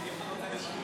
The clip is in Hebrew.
החיילים.